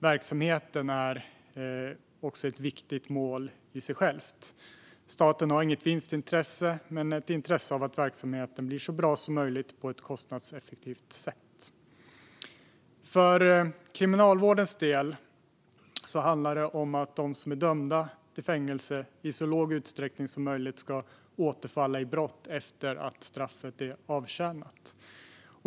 Verksamheten är ett viktigt mål i sig själv. Staten har inget vinstintresse men ett intresse av att verksamheten blir så bra som möjligt på ett kostnadseffektivt sätt. För Kriminalvårdens del handlar det om att de som är dömda till fängelse i så låg utsträckning som möjligt ska återfalla i brott efter att straffet är avtjänat.